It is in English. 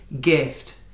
gift